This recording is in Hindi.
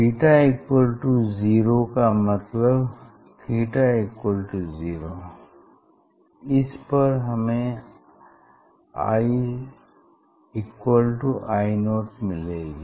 बीटा इक्वल टू जीरो का मतलब थीटा इक्वल टू जीरो इसपर हमें I I0 मिलेगी